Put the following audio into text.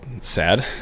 sad